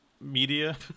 media